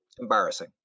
Embarrassing